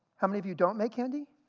how many of you don't make candy?